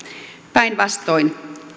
päinvastoin